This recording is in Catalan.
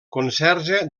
conserge